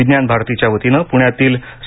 विज्ञान भारतीच्यावतीने पुण्यातील स